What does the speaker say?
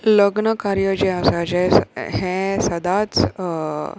लग्न कार्य जें आसा जें हें सदांच